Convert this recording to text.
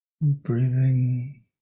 Breathing